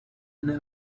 and